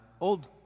old